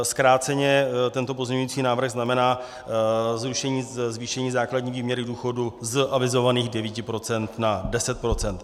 Zkráceně tento pozměňovací návrh znamená zrušení zvýšení základní výměry důchodu z avizovaných 9 % na 10 %.